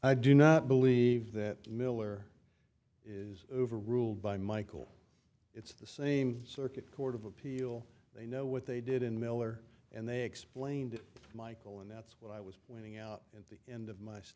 i do not believe that miller is overruled by michael it's the same circuit court of appeal they know what they did in miller and they explained michael and that's what i was winning out in the end of m